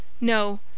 No